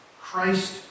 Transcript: Christ